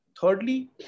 Thirdly